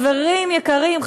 חברים יקרים,